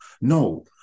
No